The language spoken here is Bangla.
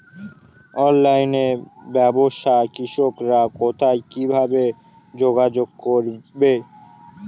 অনলাইনে ব্যবসায় কৃষকরা কোথায় কিভাবে যোগাযোগ করবে?